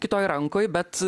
kitoj rankoj bet